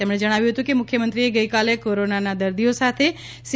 તેમણે જણાવ્યુ હતું કે મુખ્ય મંત્રીએ ગઇકાલે કોરોનાના દર્દીઓ સાથે સી